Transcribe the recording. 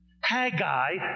Haggai